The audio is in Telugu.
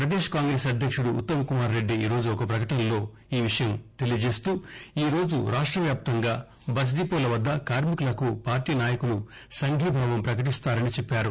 పదేశ్ కాంగ్రెస్ అధ్యక్షుడు ఉత్తమ్ కుమార్ రెడ్డి ఈరోజు ఒక ప్రకటనలో ఈ విషయం చెబుతూ ఈరోజు రాష్ట వ్యాప్తంగా బస్ డిపోల వద్ద కార్మికులకు పార్టీ నాయకులు సంఘీభావం పకటిస్తారని చెప్పారు